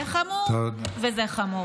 זה חמור וזה חמור.